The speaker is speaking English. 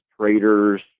traders